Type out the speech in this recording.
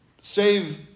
save